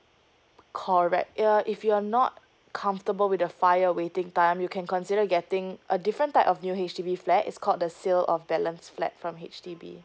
correct ya if you're not comfortable with the fire waiting time you can consider getting a different type of new H_D_B flat is called the sale of balance flat from H_D_B